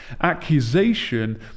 Accusation